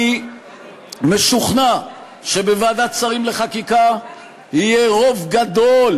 אני משוכנע שבוועדת שרים לחקיקה יהיה רוב גדול